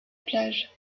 plage